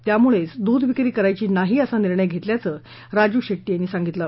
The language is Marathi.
त्यामुळेच दूध विक्री करायची नाही असा निर्णय घेतल्याचंराजू शेट्टी यांनी सांगितलं